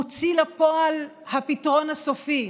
המוציא לפועל של הפתרון הסופי,